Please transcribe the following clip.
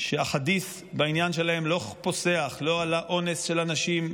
שהחדית' בעניין שלהם לא פוסח לא על האונס של הנשים,